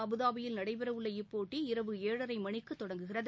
அபுதாபியில் நடைபெறவுள்ள இப்போட்டி இரவு ஏழரை மணிக்கு தொடங்கும்